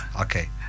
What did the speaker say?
okay